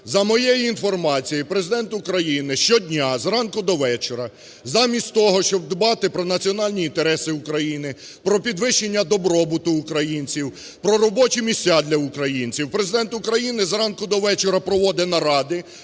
За моєю інформацією Президент України щодня зранку до вечора замість того, щоб дбати про національні інтереси України, про підвищення добробуту українців, про робочі місця для українців Президент України зранку до вечора проводе наради